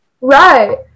Right